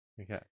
Okay